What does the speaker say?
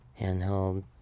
handheld